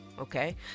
okay